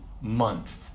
month